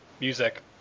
music